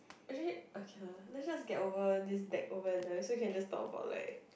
actually okay lah then just get over this takeover and then so we can just talk about like